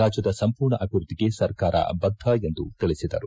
ರಾಜ್ಯದ ಸಂಪೂರ್ಣ ಅಭಿವೃದ್ದಿಗೆ ಸರ್ಕಾರ ಬದ್ಧವಾಗಿದೆ ಎಂದು ತಿಳಿಸಿದರು